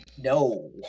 no